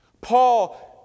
Paul